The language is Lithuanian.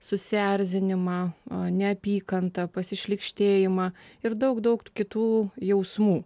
susierzinimą neapykantą pasišlykštėjimą ir daug daug kitų jausmų